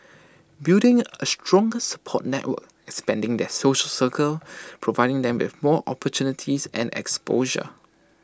building A stronger support network expanding their social circles providing them with more opportunities and exposure